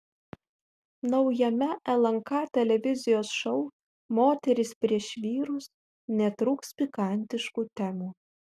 naujame lnk televizijos šou moterys prieš vyrus netrūks pikantiškų temų